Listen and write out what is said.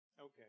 Okay